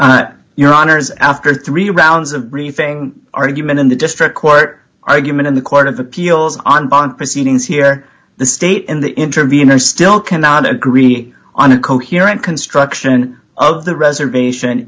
here your honors after three rounds of briefing argument in the district court argument in the court of appeals on bond proceedings here the state in the intervenor still cannot agree on a coherent construction of the reservation